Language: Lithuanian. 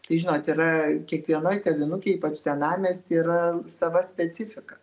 tai žinot yra kiekvienoj kavinukėj ypač senamiesty yra sava specifika